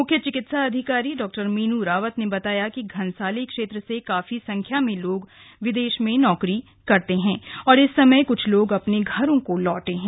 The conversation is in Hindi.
म्ख्य चिकित्सा अधिकारी डॉ मीनू रावत ने बताया कि घनसाली क्षेत्र से काफी संख्या में लोग विदेश में नौकरी करते हैं और इस समय कुछ लोग अपने घरों को लौटे हैं